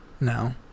no